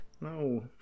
No